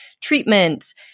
treatments